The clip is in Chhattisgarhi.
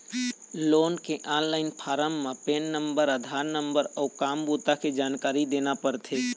लोन के ऑनलाईन फारम म पेन नंबर, आधार नंबर अउ काम बूता के जानकारी देना परथे